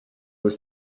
was